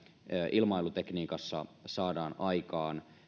ilmailutekniikassa saadaan aikaan